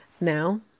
Now